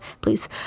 Please